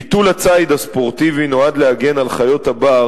ביטול הציד הספורטיבי נועד להגן על חיות הבר